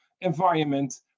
environment